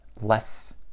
less